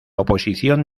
oposición